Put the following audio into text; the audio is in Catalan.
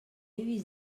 vist